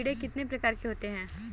कीड़े कितने प्रकार के होते हैं?